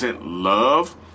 love